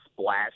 splash